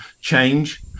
change